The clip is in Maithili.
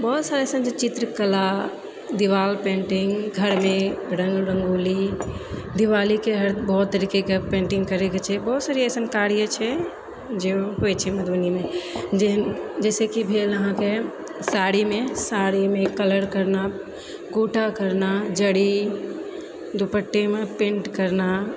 बहुत सा अइसन चित्रकला दीवाल पेन्टिङ्ग घरमे रङ्ग रङ्गोली दीवालीके हर बहुत तरीकेके पेन्टिङ्ग करैके छै बहुत सब अइसन कार्य छै जे होइ छै मधुबनीमे जेनाकि भेल अहाँके साड़ीमे कलर करना कोटा करना जरी दुपट्टेमे पेन्ट करना